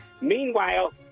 Meanwhile